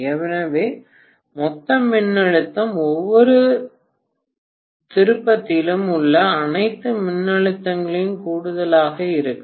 எனவே மொத்த மின்னழுத்தம் ஒவ்வொரு திருப்பத்திலும் உள்ள அனைத்து மின்னழுத்தங்களின் கூடுதலாக இருக்கும்